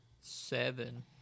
Seven